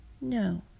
No